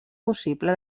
possible